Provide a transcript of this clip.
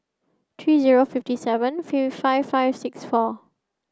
three zero fifty seven five five six four